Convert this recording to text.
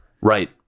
right